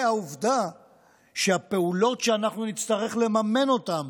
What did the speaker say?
והעובדה שהפעולות שאנחנו נצטרך לממן אותן